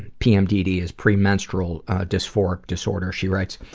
pmdd is premenstrual disphoric disorder, she writes,